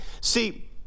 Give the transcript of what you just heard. See